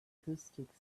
acoustics